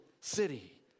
city